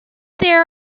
there